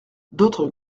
d’autres